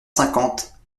quinze